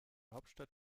hauptstadt